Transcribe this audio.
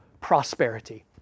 prosperity